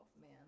man